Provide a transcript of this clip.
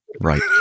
right